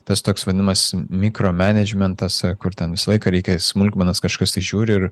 tas toks vadinamasis mikromenedžmentas kur ten visą laiką reikia į smulkmenas kažkas tai žiūri ir